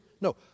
no